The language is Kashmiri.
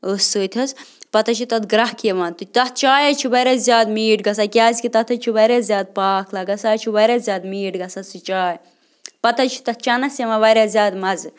ٲسہٕ سۭتۍ حظ پتہٕ حظ چھِ تَتھ گرٛٮ۪کھ یِوان تہٕ تَتھ چاے حظ چھِ واریاہ زیادٕ میٖٹھ گژھان کیٛازکہِ تَتھ حظ چھِ واریاہ زیادٕ پاک لَگان سُہ حظ چھِ واریاہ زیادٕ میٖٹھ گژھان سُہ چاے پَتہٕ حظ چھِ تَتھ چٮ۪نَس یِوان واریاہ زیادٕ مَزٕ